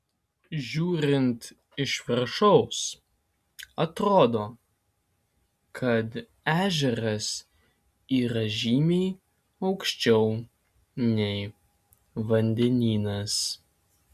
žiūrint iš viršaus atrodo kad ežeras yra žymiai aukščiau nei vandenynas